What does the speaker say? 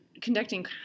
conducting